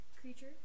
creature